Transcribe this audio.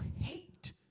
hate